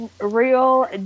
real